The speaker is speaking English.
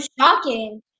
shocking